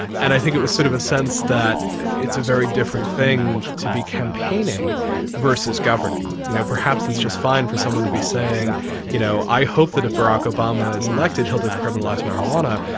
and i think it was sort of a sense that it's a very different thing to be campaigning versus governing. you know perhaps it's just fine for someone to be saying you know i hope that if barack obama is elected he'll decriminalise marijuana,